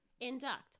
induct